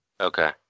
Okay